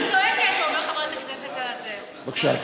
בבקשה.